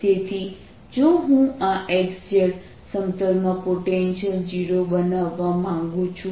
તેથી જો હું આ x z સમતલમાં પોટેન્શિયલ 0 બનાવવા માંગું છું